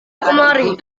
kemari